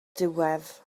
diwedd